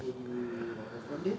and you are offended